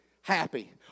happy